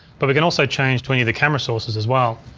but we can also change to any of the camera sources as well.